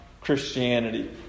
Christianity